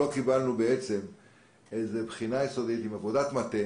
לא קיבלנו איזו בחינה יסודית עם עבודת מטה